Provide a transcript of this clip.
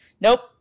Nope